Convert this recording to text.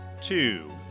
two